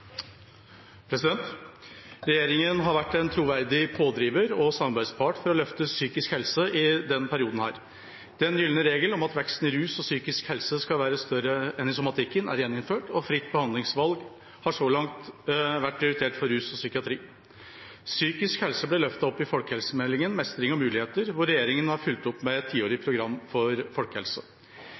for å løfte psykisk helse i denne perioden. Den gylne regel om at veksten innen rus og psykisk helse skal være større enn i somatikken, er gjeninnført, og fritt behandlingsvalg har så langt vært prioritert rus og psykiatri. Psykisk helse ble løftet opp i Folkehelsemeldingen – Mestring og muligheter, og regjeringa har fulgt opp med et tiårig program for folkehelse.